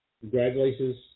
congratulations